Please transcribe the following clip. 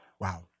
Wow